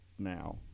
now